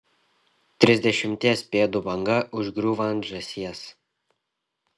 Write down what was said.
trisdešimties pėdų banga užgriūva ant žąsies